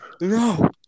No